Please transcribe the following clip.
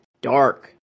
dark